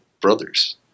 brothers